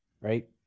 right